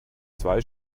zwei